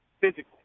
physically